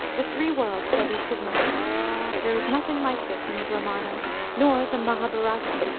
the three worlds shall be submerged there is nothing like this in the brahmana nor the mahabharata,